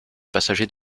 passagers